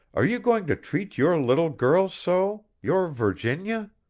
are you going to treat your little girl so your virginia?